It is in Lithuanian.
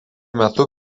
metu